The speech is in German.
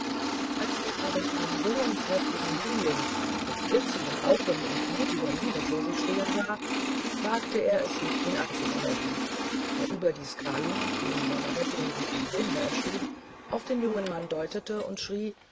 als er aber einen hohen kräftigen jüngling mit blitzenden augen und mutiger miene vor sich stehen sah wagte er es nicht ihn anzugreifen da überdies kalum dem seine rettung wie ein wunder erschien auf den jungen mann deutete und schrie